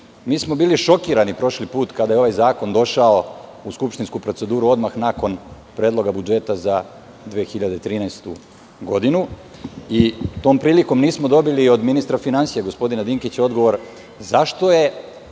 Mi smo bili šokirani prošli put kada je ovaj zakon došao u skupštinsku proceduru odmah nakon predloga budžeta za 2013. godinu. Tom prilikom nismo dobili od ministra finansija, gospodina Dinkića, odgovor zašto je